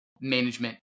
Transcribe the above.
management